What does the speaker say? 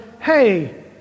hey